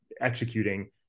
executing